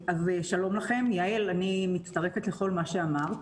יעל, אני מצטרפת לכל מה שאמרת.